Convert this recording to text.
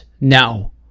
now